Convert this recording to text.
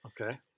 Okay